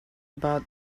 about